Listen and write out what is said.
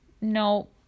no